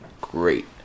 great